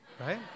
Right